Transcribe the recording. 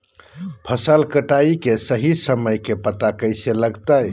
फसल कटाई के सही समय के पता कैसे लगते?